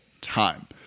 time